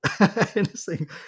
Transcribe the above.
interesting